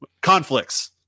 conflicts